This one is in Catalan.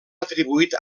atribuït